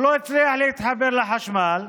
הוא לא הצליח להתחבר לחשמל.